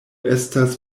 estas